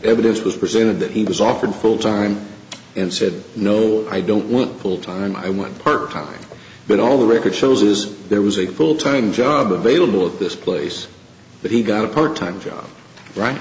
it was presented that he was offered full time and said no i don't want full time i want her coming but all the record shows is there was a full time job available at this place but he got a part time job right